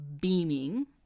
beaming